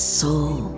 soul